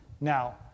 Now